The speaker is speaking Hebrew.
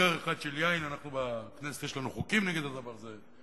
"וכד אחד של יין" אנחנו בכנסת יש לנו חוקים נגד הדבר הזה,